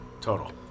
Total